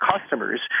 customers